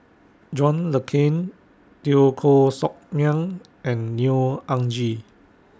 John Le Cain Teo Koh Sock Miang and Neo Anngee